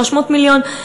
300 מיליון.